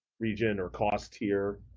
region or cost here?